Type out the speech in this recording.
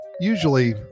Usually